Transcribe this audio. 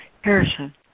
Harrison